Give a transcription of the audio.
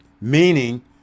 meaning